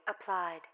applied